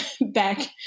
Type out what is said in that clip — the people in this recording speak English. back